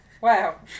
Wow